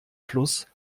fluss